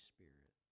Spirit